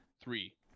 Three